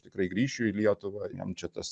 tikrai grįšiu į lietuvą jam čia tas